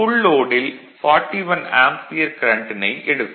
full லோடில் 41 ampere கரண்ட்டினை எடுக்கும்